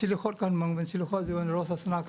סליחות, ראש השנה,